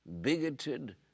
bigoted